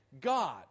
God